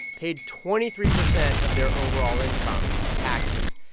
paid twenty three percent of their overall income to taxes.